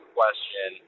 question